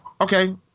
okay